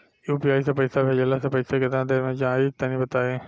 UPI से पईसा भेजलाऽ से पईसा केतना देर मे जाई तनि बताई?